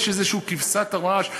ויש איזו כבשת הרש,